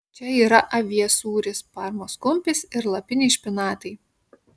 čia yra avies sūris parmos kumpis ir lapiniai špinatai